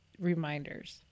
reminders